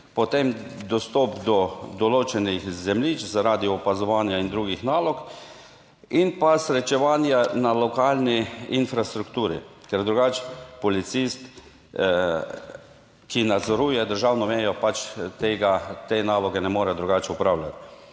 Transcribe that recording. potem dostop do določenih zemljišč zaradi opazovanja in drugih nalog in pa srečevanja na lokalni infrastrukturi, ker drugače / nerazumljivo/ ki nadzoruje državno mejo, pač te naloge ne more drugače opravljati.